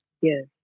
Yes